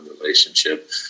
relationship